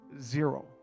zero